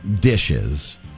dishes